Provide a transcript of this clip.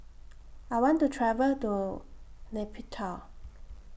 I want to travel to Nay Pyi Taw